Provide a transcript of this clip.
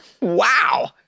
wow